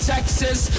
Texas